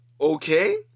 okay